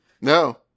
No